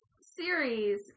series